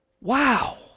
Wow